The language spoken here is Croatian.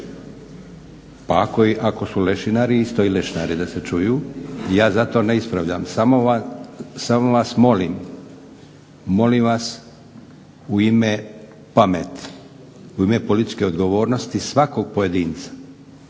pa ako su lešinari i lešinari isto da se čuju i ja zato ne ispravljam, samo vas molim, molim vas u ime pameti, u ime političke odgovornosti svakog pojedinca